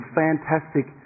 fantastic